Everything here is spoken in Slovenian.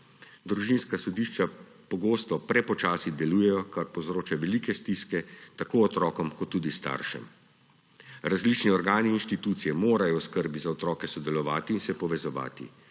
Družinska sodišča pogosto delujejo prepočasi, kar povzroča velike stiske tako otrokom kot tudi staršem. Različni organi in inštitucije morajo v skrbi za otroke sodelovati in se povezovati.